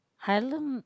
I learn